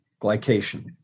glycation